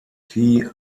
tee